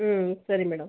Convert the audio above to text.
ಹ್ಞೂ ಸರಿ ಮೇಡಮ್